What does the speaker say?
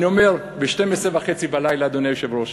אני אומר, ב-00:30, אדוני היושב-ראש,